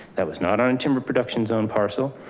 that was not on timber production zone parcel.